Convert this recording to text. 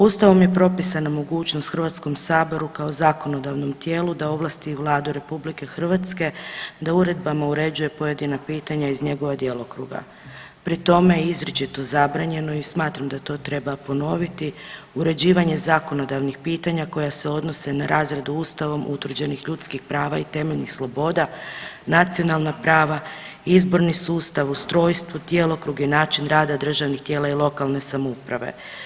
Ustavom je propisana mogućnost HS-u kao zakonodavnom tijelu da ovlasti Vladu RH da uredbama uređuje pojedina pitanja iz njegova djelokruga, pri tome je izričito zabranjeno i smatram da to treba ponoviti uređivanje zakonodavnih pitanja koja se odnose na razred Ustavom utvrđenih ljudskih prava i temeljnih sloboda, nacionalna prava, izborni sustav, ustrojstvo, djelokrug i način rada državnih tijela i lokalne samouprave.